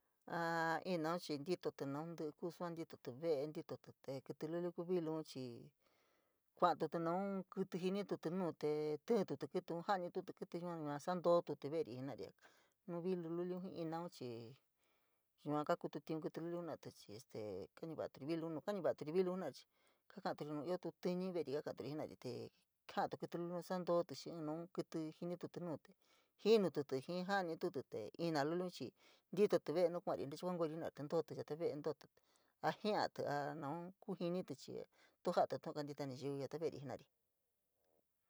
Aa inaun chii ntitotí naun tí’í kuu sua titotí ve’e ntitotí. Kítí luli kuu vilum chii, kuatutí naun kítí jinítí nuu tee tíntutí janitutí kííun yua santotutí veri jenari, nu vilu luliun jii inaun chii yua kokutu tiun kítí luliun jenati chii este kañuva’aturi vilun, nuu kañuvatori jenari chii kakaturi nu iootu tíñí veri kakaturi jenari tee jaatu kítí luliun nosatoote xii naun kítí jinití nuu te jinutí xii janitutí te ina tulin chii ntitote ve’e, nu kuari nu ntichi kuankoyori te ntotí yata ve’e tootutí ajiatí a naun ku jinití chii, tuu jatí tu’u kantita mayiu yata veri jena’ari.